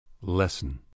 Lesson